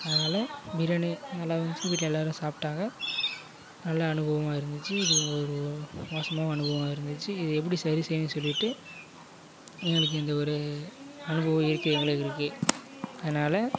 அதனால் பிரியாணி நல்லாருக்குன்னு சொல்லி வீட்டில் எல்லாரும் சாப்பிடாங்க நல்ல அனுபவமாக இருந்துச்சு இது ஒரு மோசமான அனுபவமாக இருந்துச்சு இது எப்படி சரி செய்யணும்னு சொல்லிகிட்டு எங்களுக்கு எந்த ஒரு அனுபவம் இயற்கை எங்களுக்கு இருக்குது அதனால